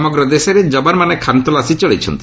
ସମଗ୍ର ଦେଶରେ ଯବାନମାନେ ଖାନ୍ତଲାସୀ ଚଳାଇଛନ୍ତି